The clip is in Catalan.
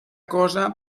cosa